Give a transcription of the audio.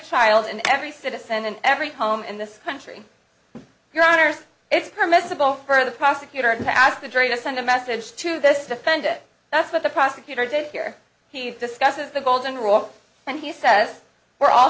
child in every citizen in every home in this country your honour's it's permissible for the prosecutor and ask the jury to send a message to this defend it that's what the prosecutor did here he discusses the golden rule and he says we're all